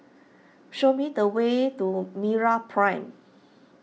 show me the way to MeraPrime